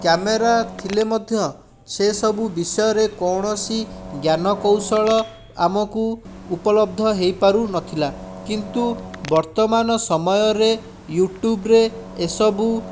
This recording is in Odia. କ୍ୟାମେରା ଥିଲେ ମଧ୍ୟ ସେ ସବୁ ବିଷୟରେ କୌଣସି ଜ୍ଞାନ କୌଶଳ ଆମକୁ ଉପଲବ୍ଧ ହେଇପାରୁନଥିଲା କିନ୍ତୁ ବର୍ତ୍ତମାନ ସମୟରେ ୟୁଟୁବରେ ଏସବୁ